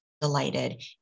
delighted